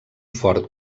fort